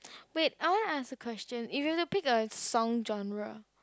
wait I want to ask a question if you will to pick a song genre